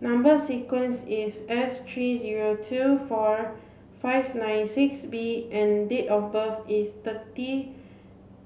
number sequence is S three zero two four five nine six B and date of birth is thirty